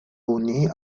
unir